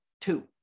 two